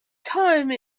time